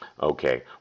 Okay